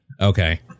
Okay